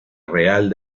real